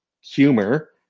humor